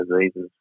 diseases